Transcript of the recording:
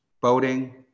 boating